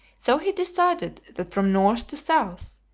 so he decided that from north to south,